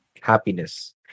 happiness